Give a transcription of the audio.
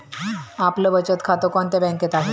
आपलं बचत खातं कोणत्या बँकेत आहे?